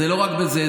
זה לא רק בזה,